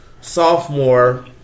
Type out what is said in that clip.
sophomore